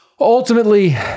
Ultimately